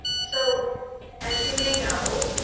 so as you may know,